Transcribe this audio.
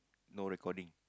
no recording